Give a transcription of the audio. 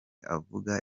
avuga